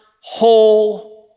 whole